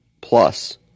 plus